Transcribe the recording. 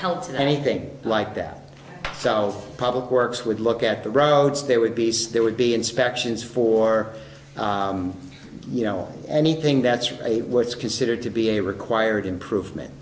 health and anything like that so public works would look at the roads there would be there would be inspections for you know anything that's what's considered to be a required improvement